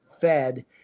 fed